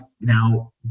now